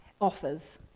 offers